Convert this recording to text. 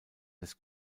des